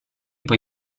poi